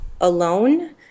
alone